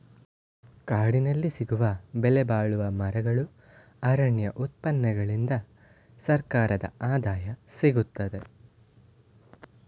ಕಾಡಿನಲ್ಲಿ ಸಿಗುವ ಬೆಲೆಬಾಳುವ ಮರಗಳು, ಅರಣ್ಯ ಉತ್ಪನ್ನಗಳಿಂದ ಸರ್ಕಾರದ ಆದಾಯ ಸಿಗುತ್ತದೆ